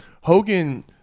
Hogan